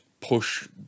push